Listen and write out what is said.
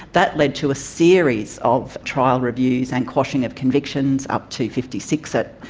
that led to a series of trial reviews and quashing of convictions, up to fifty six at